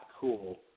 cool